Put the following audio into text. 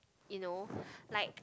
you know like